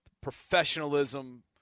professionalism